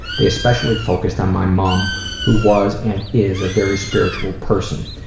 they especially focused on my mom who was and is a very spiritual person,